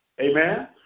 Amen